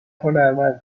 هنرمندم